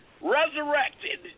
resurrected